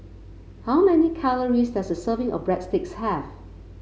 how many calories does a serving of Breadsticks have